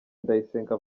ndayisenga